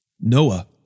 Noah